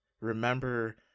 remember